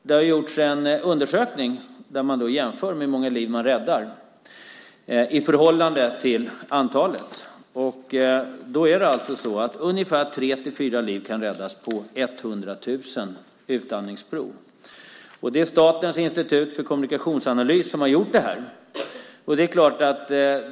Det har gjorts en undersökning där man jämför hur många liv man räddar i förhållande till antalet utandningsprov. Ungefär tre till fyra liv kan räddas på 100 000 utandningsprov. Statens institut för kommunikationsanalys har gjort den undersökningen.